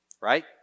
right